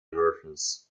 versions